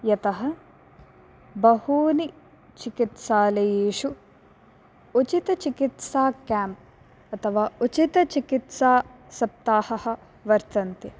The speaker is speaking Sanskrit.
यतः बहूनि चिकित्सालयेषु उचितचिकित्सा केम् अथवा उचितचिकित्सा सप्ताहः वर्तन्ते